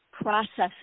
processing